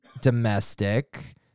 Domestic